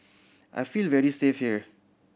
I feel very safe here